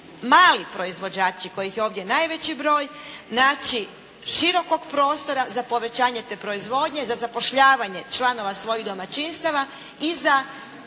mali proizvođači kojih je ovdje najveći broj naći širokog prostora za povećanje te proizvodnje, za zapošljavanje članova svojih domaćinstava i za